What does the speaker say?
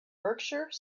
berkshire